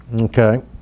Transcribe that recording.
Okay